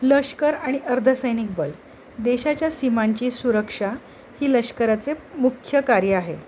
लष्कर आणि अर्धसैनिक दल देशाच्या सीमांची सुरक्षा ही लष्कराचे मुख्य कार्य आहे